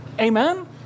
Amen